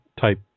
type